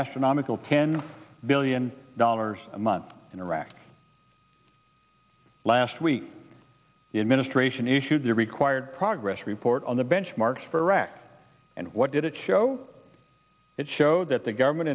astronomical ten billion dollars a month in iraq last week the administration issued the required progress report on the benchmarks for iraq and what did it show it show that the government